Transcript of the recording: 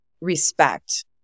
respect